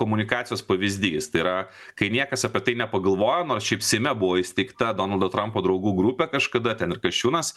komunikacijos pavyzdys tai yra kai niekas apie tai nepagalvojom šiaip seime buvo įsteigta donaldo trampo draugų grupė kažkada ten ir kasčiūnas